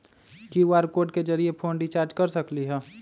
QR code के जरिय phone recharge कर सकली ह?